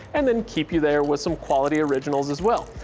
and then keep you there with some quality originals as well.